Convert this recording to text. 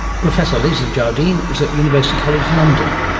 professor lisa jardine is at university college london.